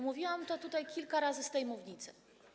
Mówiłam o tym kilka razy z tej mównicy.